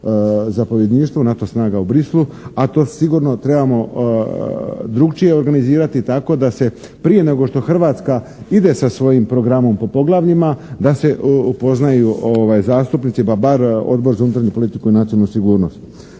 zapovjedništvu, NATO snaga u Bruxellesu a to sigurno trebamo drukčije organizirati tako da se prije nego što Hrvatska ide sa svojim programom po poglavljima da se upoznaju zastupnici pa bar Odbor za unutarnju politiku i nacionalnu sigurnost.